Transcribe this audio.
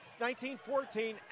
19-14